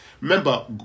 Remember